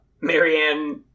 Marianne